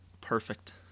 perfect